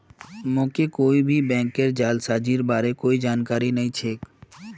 मोके कोई भी बैंकेर जालसाजीर बार कोई जानकारी नइ छेक